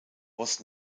was